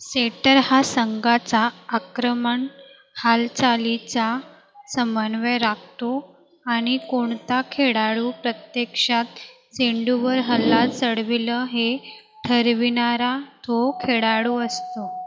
setter हा संघाचा आक्रमक हालचालीचा समन्वय राखतो आणि कोणता खेळाडू प्रत्यक्षात चेंडूवर हल्ला चढवील हे ठरविणारा तो खेळाडू असतो